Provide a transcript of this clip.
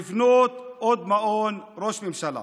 לבנות עוד מעון ראש ממשלה.